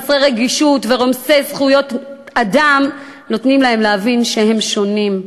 חסרי רגישות ורומסי זכויות אדם נותנים להם להבין שהם שונים,